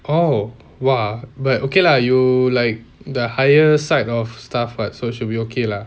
oh !wah! but okay lah you like the higher side of stuff [what] so should be okay lah